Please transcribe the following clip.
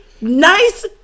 nice